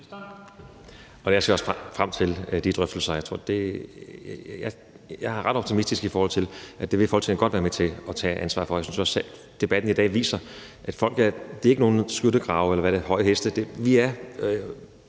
Jeg ser også frem de drøftelser. Jeg er ret optimistisk i forhold til, at Folketinget godt vil være med at tage ansvaret for det. Jeg synes også, debatten i dag viser, at der ikke er noget med skyttegrave eller høje heste. Vi er